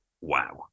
wow